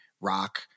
rock